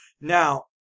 Now